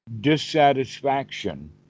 dissatisfaction